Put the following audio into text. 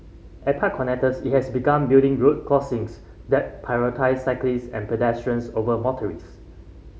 at park connectors it has begun building road crossings that prioritise cyclists and pedestrians over motorist